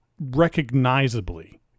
recognizably